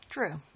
True